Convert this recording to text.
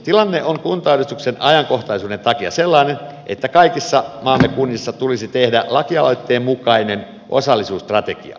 tilanne on kuntauudistuksen ajankohtaisuuden takia sellainen että kaikissa maamme kunnissa tulisi tehdä lakialoitteen mukainen osallisuusstrategia